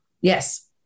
Yes